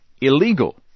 illegal